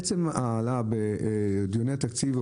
עצם העלאה בדיוני התקציב,